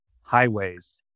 highways